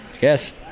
Yes